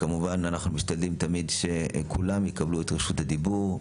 כמובן אנחנו משתדלים תמיד שכולם יקבלו את רשות הדיבור,